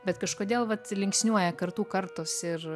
bet kažkodėl vat linksniuoja kartų kartos ir